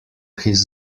his